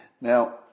Now